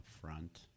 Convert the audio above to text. front